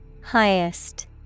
Highest